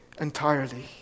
entirely